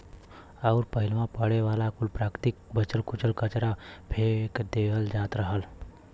अउर पहिलवा पड़े वाला कुल प्राकृतिक बचल कुचल कचरा फेक देवल जात रहल